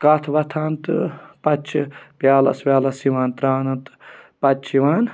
کَتھ وَتھان تہٕ پَتہٕ چھِ پیٛالَس ویٛالَس یِوان ترٛاونہٕ تہٕ پَتہٕ چھِ یِوان